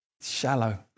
shallow